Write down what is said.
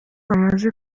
bamaze